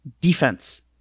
defense